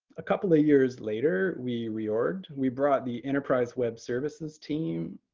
a couple of years later, we re-orged. we brought the enterprise web services team.